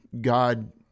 God